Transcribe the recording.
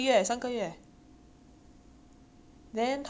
then 他吃的是四 kilo 一百块 lor